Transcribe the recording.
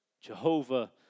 Jehovah